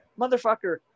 motherfucker